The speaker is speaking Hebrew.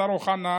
השר אוחנה,